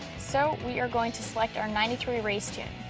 so we are going to select our ninety three race tune.